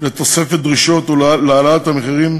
לתוספת דרישות ולהעלאת המחירים,